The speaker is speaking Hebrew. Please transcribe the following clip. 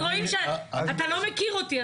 אז רואים שאתה לא מכיר אותי,